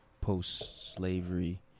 post-slavery